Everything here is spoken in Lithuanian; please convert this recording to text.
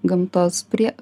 gamtos prie